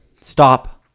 Stop